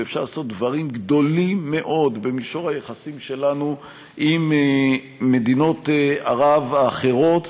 ואפשר לעשות דברים גדולים מאוד במישור היחסים שלנו עם מדינות ערב האחרות